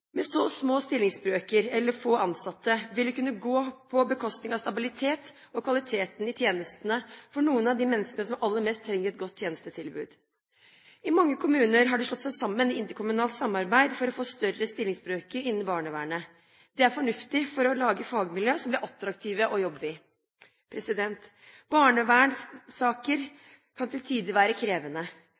Med så små stillingsbrøker eller få ansatte vil det kunne gå på bekostning av stabiliteten og kvaliteten i tjenestene for noen av de menneskene som aller mest trenger et godt tjenestetilbud. I mange kommuner har de slått seg sammen i et interkommunalt samarbeid for å få større stillingsbrøker innen barnevernet. Det er fornuftig for å lage fagmiljøer som blir attraktive å jobbe i. Barnevernssaker kan til tider være krevende,